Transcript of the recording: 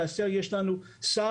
זאת כאשר יש לנו שר,